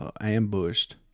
ambushed